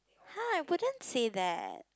!huh! I wouldn't say that